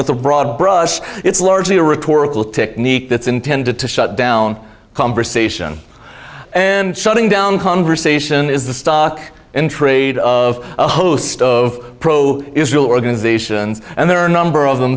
with a broad brush it's largely a rhetorical technique that's intended to shut down conversation and shutting down conversation is the stock in trade of a host of pro israel organizations and there are a number of them